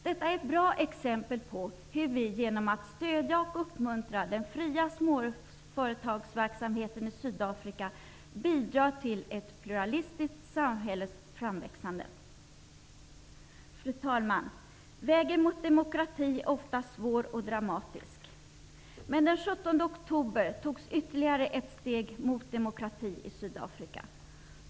Detta är ett bra exempel på hur vi genom att stödja och uppmuntra den fria småföretagarverksamheten i Sydafrika bidrar till ett pluralistiskt samhälles framväxande. Fru talman! Vägen mot demokrati är ofta svår och dramatisk, men den 17 oktober togs ytterligare ett steg mot demokrati i Sydafrika.